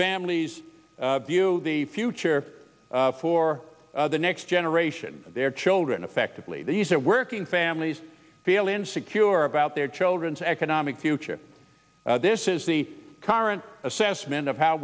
families the future for the next generation their children effectively these are working families feel insecure about their children's economic future this is the current assessment of how